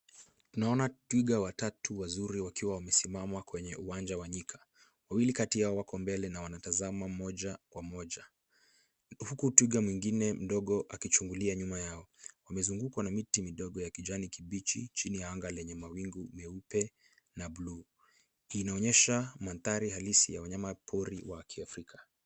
Tunaona twiga watatu wazuri wakiwa wamesimama kwenye uwanja wa nyika. Wawili kati yao wako mbele na wanatazama moja kwa moja huku twiga mwingine mdogo akichungulia nyuma yao. Wamezungukwa na miti midogo ya kijani kibichi chini ya anga lenye mawingu meupe na blue . Inaonyesha mandhari halisi ya wanyama pori wa kiafrika.